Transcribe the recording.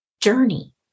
journey